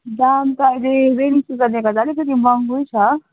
दाम त आहिले रेनी सिजनले गर्दा अलिकति महँगो छ